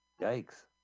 Yikes